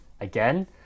again